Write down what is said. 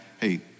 Hey